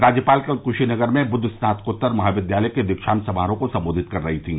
राज्यपाल कल क्शीनगर में बुद्द स्नातकोत्तर महाविद्यालय के दीक्षांत समारोह को सम्बोधित कर रही थीं